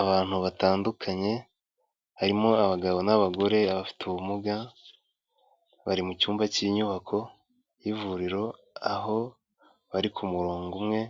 Abantu batandukanye harimo abagabo n'abagore, abafite ubumuga, bari mu cyumba cy'inyubako y'ivuriro, aho bari ku murongo umwe